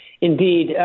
Indeed